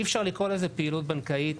אי אפשר לקרוא לזה פעילות כלכלית